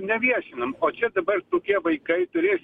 neviešinam o čia dabar tokie vaikai turės